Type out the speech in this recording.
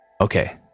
Okay